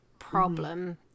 problem